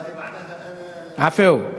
ואללה, עפו.